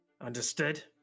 Understood